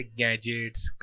gadgets